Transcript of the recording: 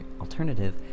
alternative